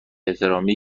احترامی